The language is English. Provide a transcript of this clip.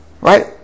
right